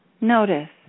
notice